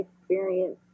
experience